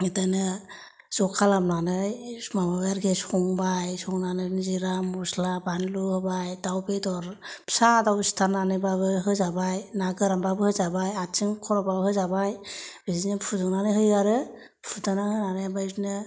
दाना ज' खालामनानै माबाबाय आरोखि संबाय संनानै जिरा मस्ला बानलु होबाय दाउ बेदर फिसा दाउ सिथारनानै बाबो होजाबाय ना गोरान बाबो होजाबा आथिं खर' बाबो होजाबाय बिदिनो फुदुंनानै होयो आरो फुदुंना होनानै आरो बिदिनो